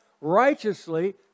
righteously